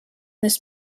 this